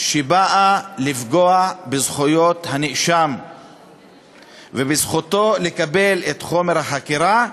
שבאה לפגוע בזכויות הנאשם ובזכותו לקבל את חומר החקירה,